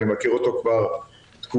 אני מכיר אותו כבר תקופה.